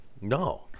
No